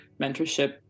mentorship